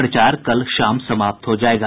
प्रचार कल शाम समाप्त हो जायेगा